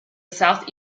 south